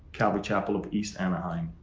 calvary chapel of east anaheim.